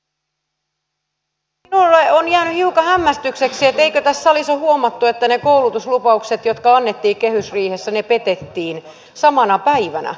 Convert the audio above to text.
minulle on jäänyt hiukan hämmästykseksi että eikö tässä salissa ole huomattu että ne koulutuslupaukset jotka annettiin kehysriihessä petettiin jo samana päivänä